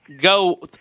Go